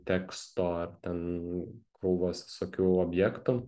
teksto ar ten krūvos visokių objektų